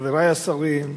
חברי השרים,